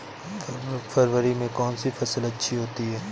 फरवरी में कौन सी फ़सल अच्छी होती है?